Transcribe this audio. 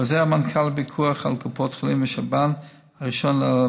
חוזר סמנכ"ל לפיקוח על קופות חולים ושב"ן 1/2010,